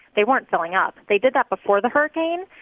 they weren't filling up. they did that before the hurricane.